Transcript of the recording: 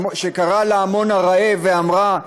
שקראה להמון הרעב ואמרה: